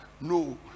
No